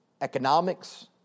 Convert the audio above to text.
economics